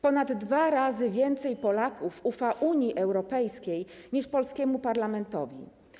Ponad dwa razy więcej Polaków ufa Unii Europejskiej niż polskiemu parlamentowi.